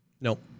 Nope